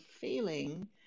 feeling